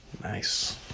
Nice